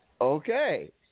Okay